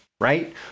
right